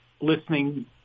listening